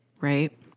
Right